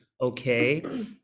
okay